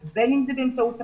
בין אם זה באמצעות חברות היי-טק,